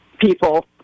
people